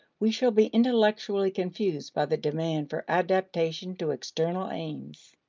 we shall be intellectually confused by the demand for adaptation to external aims.